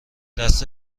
دست